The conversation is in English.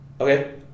Okay